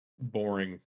boring